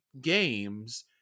games